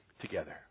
together